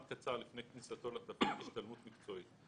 קצר לפני כניסתו לתפקיד השתלמות מקצועית,